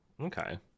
Okay